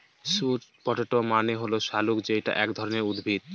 sweet potato মানে হল শাকালু যেটা এক ধরনের উদ্ভিদ